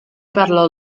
parlò